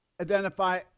identify